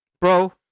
bro